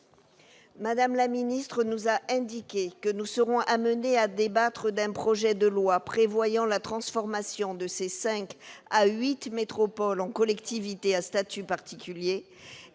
Mme la ministre nous a annoncé que nous serons amenés à débattre d'un projet de loi prévoyant la transformation de cinq à huit métropoles en collectivités à statut particulier,